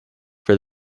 for